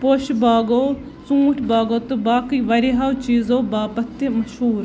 پوشہِ باغو ژوٗنٛٹھۍ باغو تہٕ باقٕے واریاہَو چیٖزَو باپتھ تہِ مشہوٗر